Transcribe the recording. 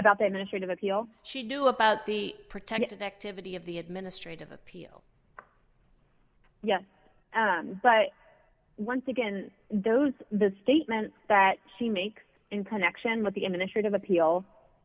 about the ministry of appeal she do about the protection activity of the administrative appeal yes but once again those the statements that she makes in connection with the initiative appeal